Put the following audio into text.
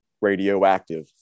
radioactive